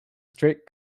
straight